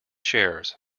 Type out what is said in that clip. shares